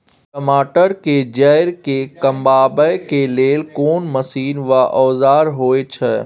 टमाटर के जईर के कमबै के लेल कोन मसीन व औजार होय छै?